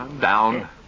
down